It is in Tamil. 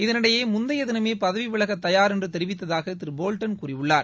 இதனிடையே முந்தைய தினமே பதவி விலகத் தயார் என்று தெரிவித்தாக திரு போவ்டன் கூறியுள்ளார்